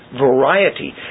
variety